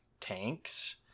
tanks